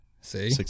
see